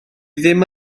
ddim